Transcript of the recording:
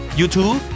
YouTube